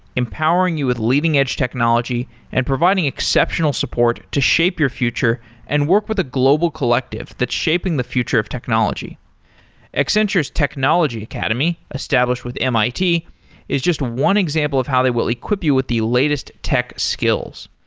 empowering you with leading-edge technology and providing exceptional support to shape your future and work with a global collective that's shaping the future of technology accenture's technology academy established with mit is just one example of how they will equip you with the latest tech skills.